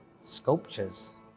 sculptures